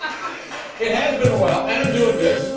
it has been a while. and i'm doing good.